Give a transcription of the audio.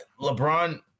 LeBron